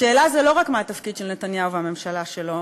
השאלה היא לא רק מה התפקיד של נתניהו והממשלה שלו,